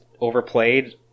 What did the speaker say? overplayed